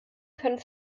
können